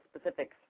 specifics